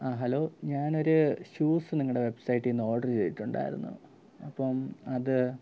ആ ഹലോ ഞാനൊരു ഷൂസ് നിങ്ങളുടെ വെബ്സൈറ്റിൽ നിന്ന് ഓഡർ ചെയ്തിട്ടുണ്ടായിരുന്നു അപ്പം അത്